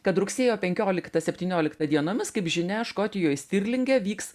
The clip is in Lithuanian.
kad rugsėjo penkioliktą septynioliktą dienomis kaip žinia škotijoj stirlinge vyks